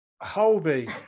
Holby